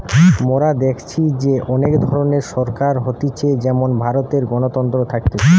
মোরা দেখেছি যে অনেক ধরণের সরকার হতিছে যেমন ভারতে গণতন্ত্র থাকতিছে